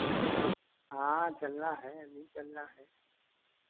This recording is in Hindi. हाँ चलना है अभी चलना है